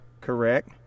correct